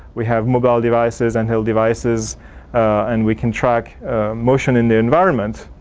we have mobile devices, handheld devices and we contract motion in the environment.